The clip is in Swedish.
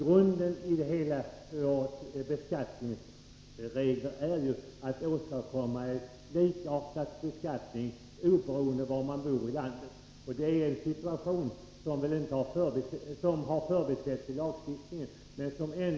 Grunden för våra beskattningsregler är ju att vi skall åstadkomma en likartad beskattning oberoende av var i landet man bor.